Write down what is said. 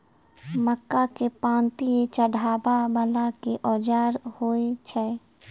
मक्का केँ पांति चढ़ाबा वला केँ औजार होइ छैय?